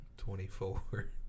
Twenty-four